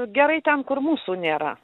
gerai ten kur mūsų nėra